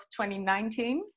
2019